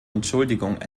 entschuldigung